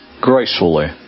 gracefully